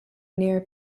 near